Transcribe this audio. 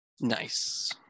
Nice